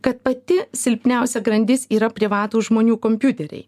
kad pati silpniausia grandis yra privatūs žmonių kompiuteriai